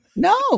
No